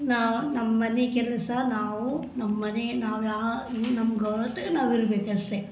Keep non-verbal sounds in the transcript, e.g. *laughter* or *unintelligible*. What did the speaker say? ನಾವು ನಮ್ಮ ಮನೆ ಕೆಲಸ ನಾವು ನಮ್ಮ ಮನೆ ನಾವು ಯಾ ನಮ್ಗೆ *unintelligible* ನಾವು ಇರ್ಬೇಕು ಅಷ್ಟೇ